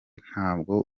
ntabwo